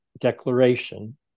declaration